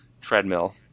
treadmill